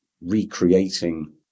recreating